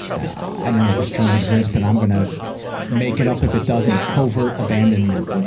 i don't know if this term exists, but i'm gonna make it up if it doesn't covert abandonment,